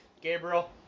Gabriel